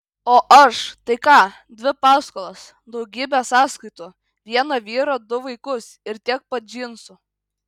o aš tai ką dvi paskolas daugybę sąskaitų vieną vyrą du vaikus ir tiek pat džinsų